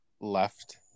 left